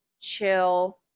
chill